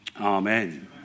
Amen